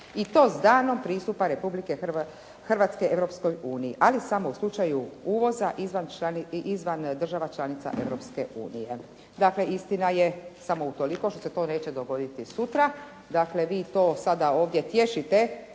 i to s danom pristupa Republike Hrvatske Europskoj uniji ali samo u slučaju uvoza i izvan država članica Europske unije. Dakle, istina je samo utoliko što se to neće dogoditi sutra. Dakle, vi to sada ovdje tješite